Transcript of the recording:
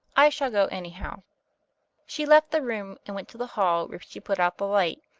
i shall go, anyhow she left the room, and went to the hall where she put out the light,